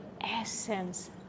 essence